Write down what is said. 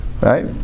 Right